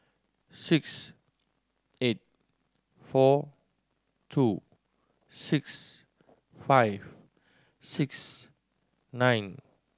six eight four two six five six nine